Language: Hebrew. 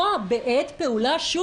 ומיד אני אפנה אתכם בדיוק מאיזה סעיף.